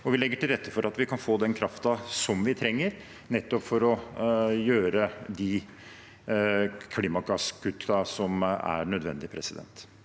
og legge til rette for at vi kan få den kraften vi trenger, nettopp for å gjøre de klimagasskuttene som er nødvendig.